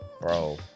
Bro